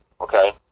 okay